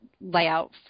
layout